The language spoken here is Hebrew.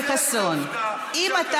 מה אני אמור לעשות עם זה?